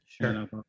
Sure